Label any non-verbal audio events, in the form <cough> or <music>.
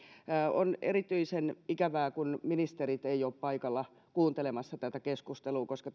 on erityisen ikävää kun ministerit eivät ole paikalla kuuntelemassa tätä keskustelua koska <unintelligible>